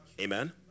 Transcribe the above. Amen